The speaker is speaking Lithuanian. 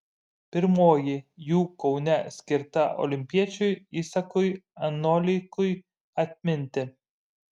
pirmoji jų kaune skirta olimpiečiui isakui anolikui atminti